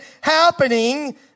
happening